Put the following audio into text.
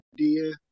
idea